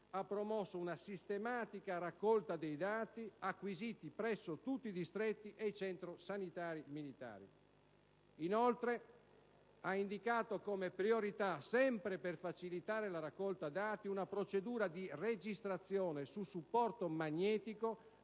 ha promosso una sistematica raccolta dei dati acquisiti presso tutti i distretti e i centri sanitari militari. Inoltre, ha indicato come priorità - sempre per facilitare la raccolta dati - una procedura di registrazione su supporto magnetico